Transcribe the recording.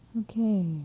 Okay